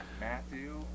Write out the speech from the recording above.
Matthew